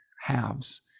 halves